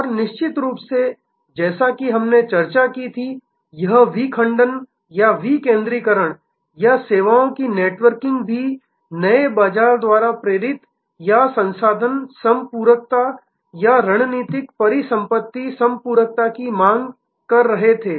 और निश्चित रूप से जैसा कि हमने चर्चा की थी कि यह विखंडन या विकेंद्रीकरण या सेवाओं की नेटवर्किंग भी नए बाजार द्वारा प्रेरित या संसाधन संपूरकता या रणनीतिक परिसंपत्ति संपूरकता की मांग कर रहे थे